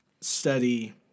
study